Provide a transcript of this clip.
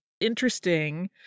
interesting